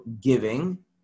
giving